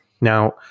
Now